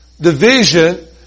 division